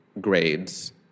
grades